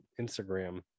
instagram